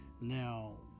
Now